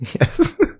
Yes